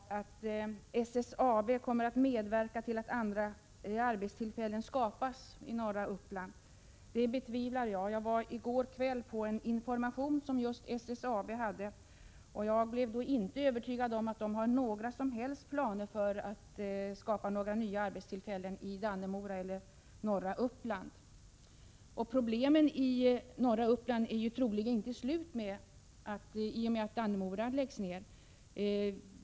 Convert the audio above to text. Fru talman! Statsrådet säger att SSAB kommer att medverka till att andra arbetstillfällen skapas i norra Uppland. Det betvivlar jag. I går kväll var jag på ett informationsmöte som SSAB arrangerat, och jag blev inte övertygad om att företaget har några som helst planer på att skapa nya arbetstillfällen i Dannemora eller annorstädes i norra Uppland. Problemen i norra Uppland är troligen inte slut i och med att gruvan i Dannemora läggs ner.